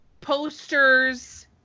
posters